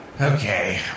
Okay